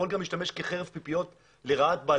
יכול גם לשמש כחרב פיפיות לרעת בעלי